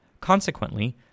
Consequently